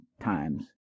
times